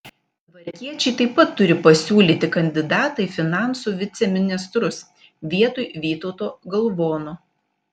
tvarkiečiai taip pat turi pasiūlyti kandidatą į finansų viceministrus vietoj vytauto galvono